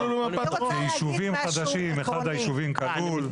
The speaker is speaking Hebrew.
ביישובים חדשים אחד היישובים כלול.